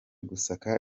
gusaka